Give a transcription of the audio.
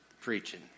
preaching